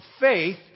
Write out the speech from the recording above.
faith